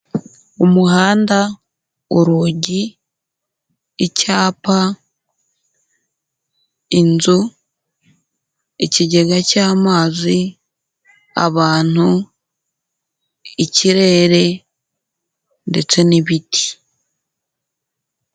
Umuhanda, urugi, icyapa, inzu, ikigega cy'amazi, abantu, ikirere ndetse n'ibiti.